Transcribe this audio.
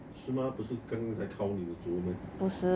是吗不是刚在 kau 你的时候 meh